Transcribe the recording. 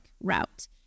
route